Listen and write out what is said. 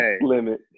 limit